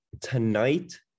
tonight